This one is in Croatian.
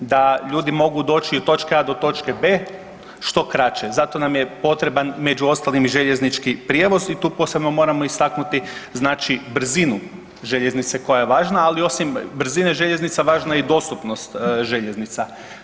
Da ljudi mogu doći od točke A do točke B što kraće, zato nam je potreban među ostalim i željeznički prijevoz i tu posebno moramo istaknuti znači brzinu željeznice koja je važna, ali osim brzine željeznica važna je i dostupnost željeznica.